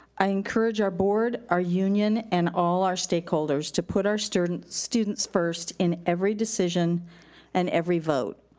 i encourage our board, our union, and all our stakeholders to put our students students first in every decision and every vote.